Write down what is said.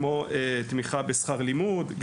כמו תמיכה בשכר לימוד,